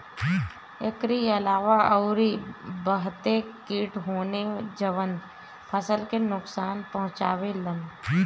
एकरी अलावा अउरी बहते किट होने जवन फसल के नुकसान पहुंचावे लन